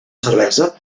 cervesa